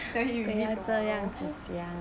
tell him you meet tomorrow